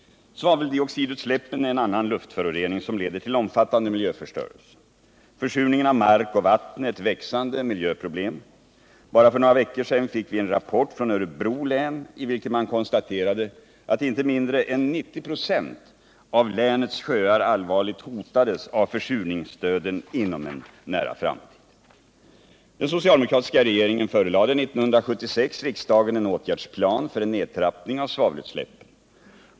Svaveldioxidutsläppen är en annan luftförorening som leder till omfattande miljöförstörelse. Försurningen av mark och vatten är ett växande miljöproblem. Bara för några veckor sedan fick vi en rapport från Örebro län, i vilken man konstaterade att inte mindre än 90 96 av länets sjöar allvarligt hotades av försurningsdöden inom en nära framtid. Den socialdemokratiska regeringen förelade 1976 riksdagen en åtgärdsplan för nedtrappning av svavelutsläppen.